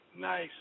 Nice